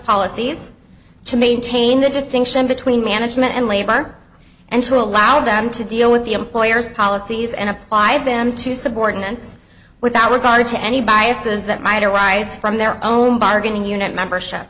policies to maintain the distinction between management and labor and to allow them to deal with the employer's policies and apply them to subordinates without regard to any biases that might arise from their own bargaining unit membership